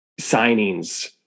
signings